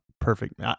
perfect